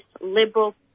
liberal